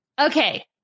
okay